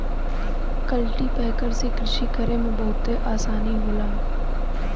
cultipacker से कृषि करे में बहुते आसानी होला